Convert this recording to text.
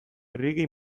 reggae